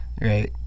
right